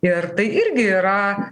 ir tai irgi yra